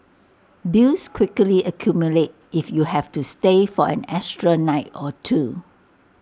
bills quickly accumulate if you have to stay for an extra night or two